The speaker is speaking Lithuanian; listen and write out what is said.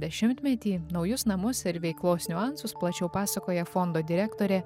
dešimtmetį naujus namus ir veiklos niuansus plačiau pasakoja fondo direktorė